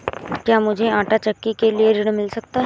क्या मूझे आंटा चक्की के लिए ऋण मिल सकता है?